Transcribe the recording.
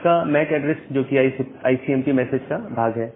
source का MAC address जो कि आईसीएमपी मैसेज का भाग है